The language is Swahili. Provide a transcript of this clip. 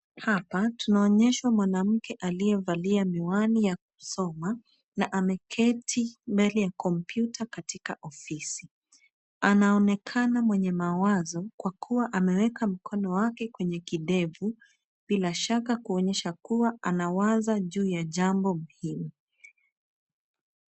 Hapa tunaonyeshwa mwanamke aliyavlia miwani ya kusoma, na ameketi mbele ya kompyuta katika ofisi. Anaonekana mwenye mawazo, kwa kua ameweka mkono wake kwenye kidevu, bila shaka kuonyesha kua anawaza juu ya jambo muhimu.